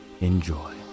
enjoy